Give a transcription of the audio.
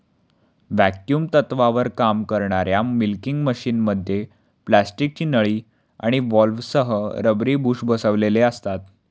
vacuum तत्त्वावर काम करणाऱ्या मिल्किंग मशिनमध्ये प्लास्टिकची नळी आणि व्हॉल्व्हसह रबरी बुश बसविलेले असते